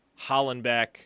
Hollenbeck